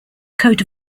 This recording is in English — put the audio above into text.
coat